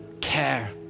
care